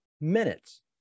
minutes